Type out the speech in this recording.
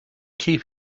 keep